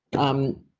um,